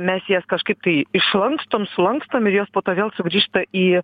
mes jas kažkaip tai išlankstome sulankstomi juos po to vėl sugrįžta į